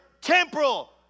Temporal